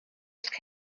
people